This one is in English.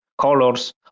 colors